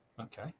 okay